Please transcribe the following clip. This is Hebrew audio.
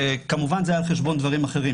וכמובן שזה היה על חשבון דברים אחרים